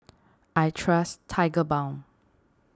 I trust Tigerbalm